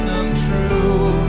untrue